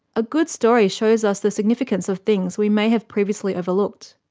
a good story shows us the significance of things we may have previously overlooked.